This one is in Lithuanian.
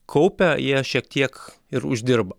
kaupia jie šiek tiek ir uždirba